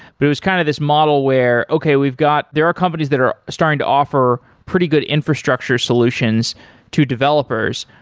but it was kind of this model where, okay. we've got there are companies that are starting to offer pretty good infrastructure solutions to developers,